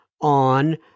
on